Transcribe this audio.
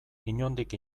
inondik